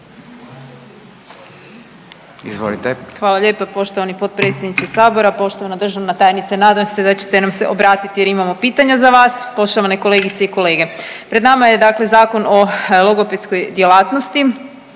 (SDP)** Hvala lijepa poštovani potpredsjedniče Sabora. Poštovana državna tajnice, nadam se da ćete nam se obratiti jer imamo pitanja za vas. Poštovane kolegice i kolege. Pred nama je Zakon o logopedskoj djelatnosti,